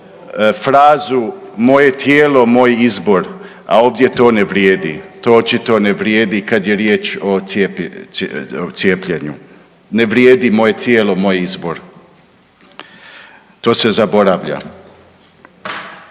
frazu moje tijelo moj izbor, a ovdje to ne vrijedi. To očito ne vrijedi kad je riječ o cijepljenju, ne vrijedi moje tijelo moj izbor. To se zaboravlja.